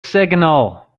signal